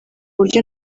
buryo